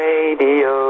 Radio